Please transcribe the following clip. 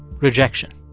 rejection